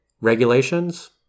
regulations